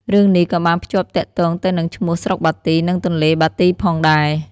រឿងនេះក៏បានភ្ជាប់ទាក់ទងទៅនឹងឈ្មោះស្រុកបាទី និងទន្លេបាទីផងដែរ។